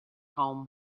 home